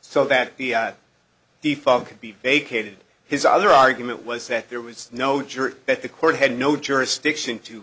so that the phone could be vacated his other argument was that there was no jury that the court had no jurisdiction to